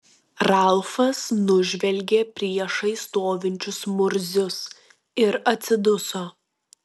ralfas nužvelgė priešais stovinčius murzius ir atsiduso